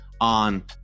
on